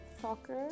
soccer